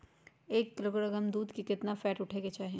एक किलोग्राम दूध में केतना फैट उठे के चाही?